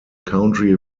country